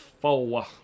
four